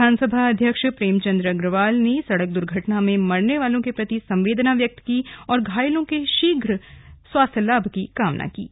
विधानसभा अध्यक्ष प्रेमचंद्र अग्रवाल ने सड़क दर्घटना में मरने वालों के प्रति संवेदना व्यक्त की है और घायलों के शीर्घ स्वास्थ्य लाभ की कामना की है